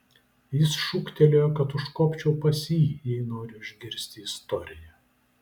jis šūktelėjo kad užkopčiau pas jį jei noriu išgirsti istoriją